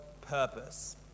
purpose